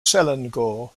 selangor